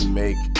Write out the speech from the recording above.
make